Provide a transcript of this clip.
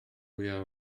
fwyaf